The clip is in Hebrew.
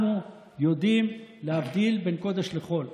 אנחנו יודעים להבדיל בין קודש לחול.